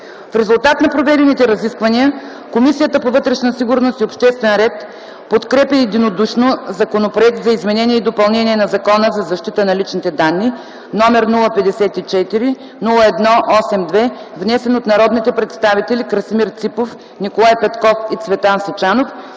В резултат на проведените разисквания Комисията по вътрешна сигурност и обществен ред подкрепи единодушно Законопроект за изменение и допълнение на Закона за защита на личните данни, № 054-01-82, внесен от народните представители Красимир Ципов, Николай Петков и Цветан Сичанов